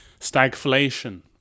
stagflation